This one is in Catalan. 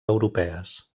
europees